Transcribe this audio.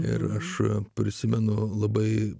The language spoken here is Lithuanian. ir aš prisimenu labai